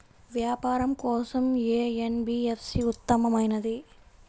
వ్యాపారం కోసం ఏ ఎన్.బీ.ఎఫ్.సి ఉత్తమమైనది?